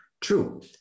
True